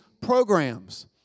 programs